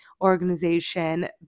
organization